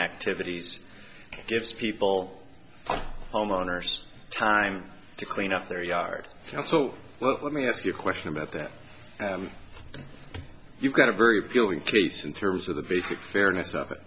activities gives people homeowners time to clean up their yard and so well let me ask you a question about that you've got a very appealing case in terms of the basic fairness of it